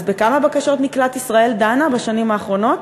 אז בכמה בקשות מקלט ישראל דנה בשנים האחרונות?